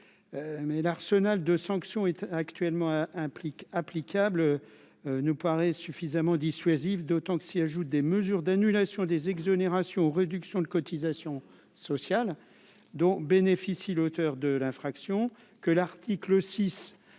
mais l'arsenal de sanctions actuellement implique applicable nous paraît suffisamment dissuasif, d'autant que s'y ajoutent des mesures d'annulation des exonérations ou réductions de cotisations sociales dont bénéficient l'auteur de l'infraction que l'article 6,